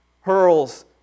hurls